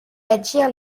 attire